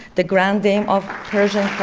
the grand dame of persian